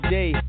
day